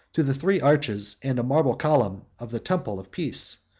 to the three arches and a marble column of the temple of peace,